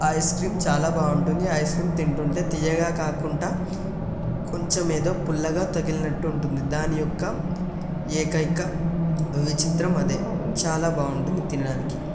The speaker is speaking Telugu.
ఐస్ క్రీమ్ చాలా బాగుంటుంది ఐస్ క్రీమ్ తింటుంటే తీయగా కాకుండా కొంచెం ఏదో పుల్లగా తగిలినట్టు ఉంటుంది దాని యొక్క ఏకైక విచిత్రం అదే చాలా బాగుంటుంది తినడానికి